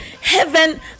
Heaven